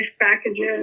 packages